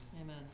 Amen